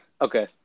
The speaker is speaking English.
Okay